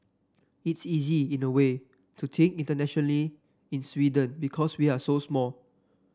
it's easy in a way to think internationally in Sweden because we're so small